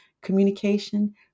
communication